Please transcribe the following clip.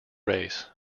race